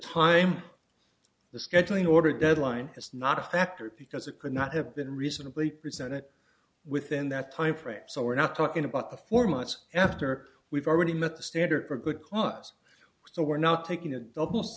time the scheduling order deadline is not a factor because it could not have been reasonably presented within that timeframe so we're not talking about the four months after we've already met the standard for good clubs so we're not taking